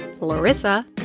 Larissa